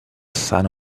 sun